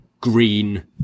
green